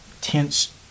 tense